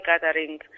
gathering